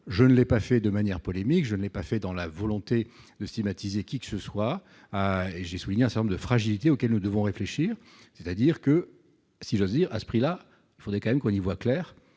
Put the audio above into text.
je ne l'ai pas fait de manière polémique, je ne l'ai pas fait dans la volonté de stigmatiser qui que ce soit et j'ai souligné un certain nombre de fragilités auxquelles nous devons réfléchir, c'est-à-dire que, si j'ose dire, à ce prix-là, il faudrait quand même qu'on y voie clair